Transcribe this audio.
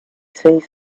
sees